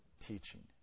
teaching